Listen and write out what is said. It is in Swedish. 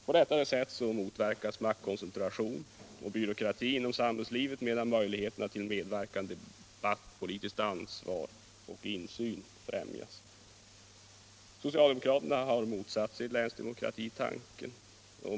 På detta sätt motverkas maktkoncentration och byråkrati inom samhällslivet, medan möjligheterna till medverkan, debatt, politiskt ansvar och insyn främjas. Socialdemokraterna har motsatt sig länsdemokratitanken.